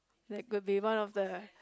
that could be one of the